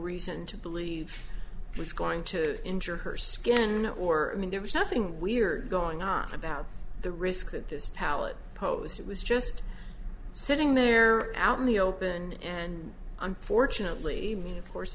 reason to believe it was going to injure her skin or i mean there was something weird going on about the risk that this pallet posed was just sitting there out in the open and unfortunately me of course